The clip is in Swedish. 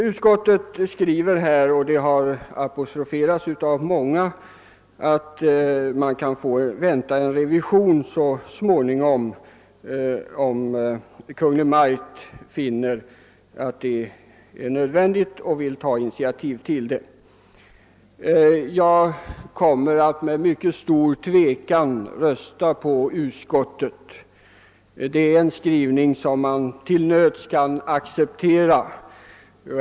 Utskottet skriver — det har apostroferats av flera i debatten — att man så småningom kan vänta en revision om Kungl. Maj:t finner en sådan nödvändig. Jag kommer, med mycket stor tvekan, att rösta för utskottet, eftersom det har en skrivning som man till nöds kan acceptera.